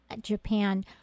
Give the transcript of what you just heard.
Japan